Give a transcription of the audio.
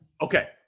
Okay